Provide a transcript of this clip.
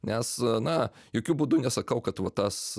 nes na jokiu būdu nesakau kad va tas